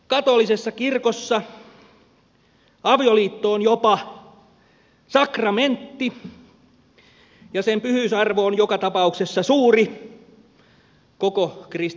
katolisessa kirkossa avioliitto on jopa sakramentti ja sen pyhyysarvo on joka tapauksessa suuri koko kristikunnassa